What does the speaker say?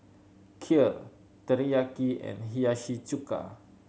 Kheer Teriyaki and Hiyashi Chuka